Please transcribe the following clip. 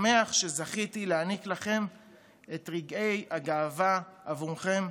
שמח שזכיתי להעניק לכם את רגעי הגאווה עבורכם,